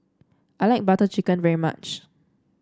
I like Butter Chicken very much